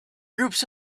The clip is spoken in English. groups